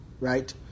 right